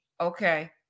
Okay